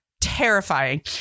terrifying